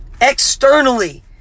externally